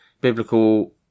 biblical